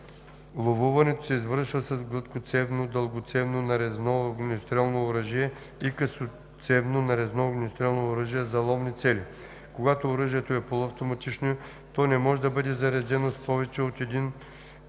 Ловуването се извършва с гладкоцевно, дългоцевно нарезно огнестрелно ловно оръжие и късоцевно нарезно огнестрелно оръжие за ловни цели. Когато оръжието е полуавтоматично, то не може да бъде заредено с повече от един